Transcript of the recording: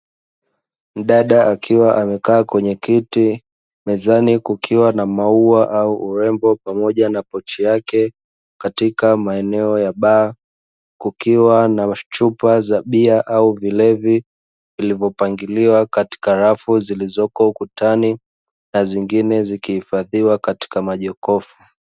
Mdada akiwa amekaa kwenye kiti mezani kukiwa na maua au urembo pamoja na pochi yake katika maeneo ya baa kukiwa na chupa za bia au vilevi vilivyopangiliwa katika rafu zilizoko ukutani na zingine zikihifadhiwa katika majokofu.